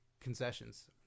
concessions